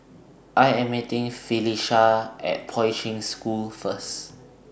I Am meeting Felisha At Poi Ching School First